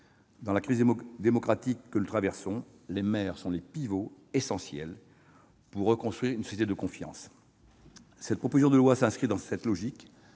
Dans la crise démocratique que nous traversons, les maires sont les pivots essentiels pour reconstruire une société de la confiance. Cette proposition de loi s'inscrit dans cette logique